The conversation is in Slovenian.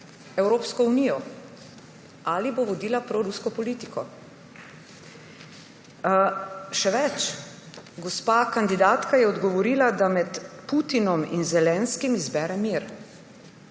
Evropsko unijo, ali bo vodila prorusko politiko. Še več, gospa kandidatka je odgovorila, da med Putinom in Zelenskim izbere mir.